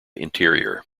interior